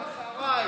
בפעם שעברה,